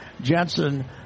Jensen